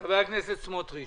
חבר הכנסת סמוטריץ'.